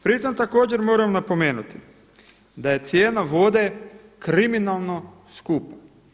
Pri tom također moram napomenuti da je cijena vode kriminalno skupa.